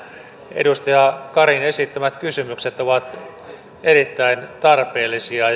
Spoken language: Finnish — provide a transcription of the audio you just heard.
edustaja karin esittämät kysymykset ovat erittäin tarpeellisia